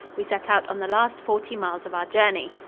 we set out on the last forty miles of our journey.